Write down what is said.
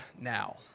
now